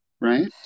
Right